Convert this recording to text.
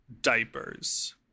diapers